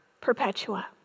Perpetua